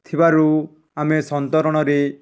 ଥିବାରୁ ଆମେ ସନ୍ତରଣରେ